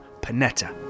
Panetta